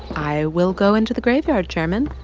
i will go into the graveyard, chairman.